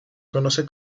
conoce